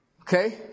Okay